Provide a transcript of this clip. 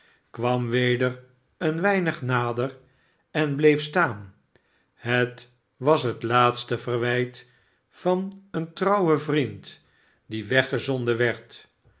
kwam weder een weinig nader en bleef staan het was het laatste verwijt van een trouwen vriend die weggezonden werd